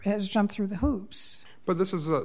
has jumped through the hoops but this is a